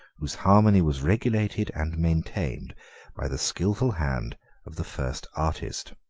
whose harmony was regulated and maintained by the skilful hand of the first artist.